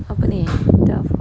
apa ni